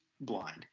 blind